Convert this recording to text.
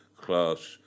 class